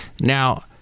Now